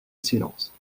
silence